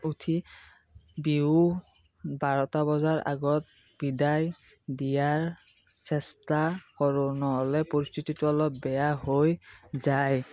উঠি বিহু বাৰটা বজাৰ আগত বিদায় দিয়াৰ চেষ্টা কৰোঁ নহ'লে পৰিস্থিতিটো অলপ বেয়া হৈ যায়